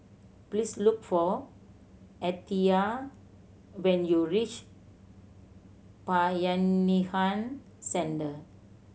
please look for Althea when you reach Bayanihan Centre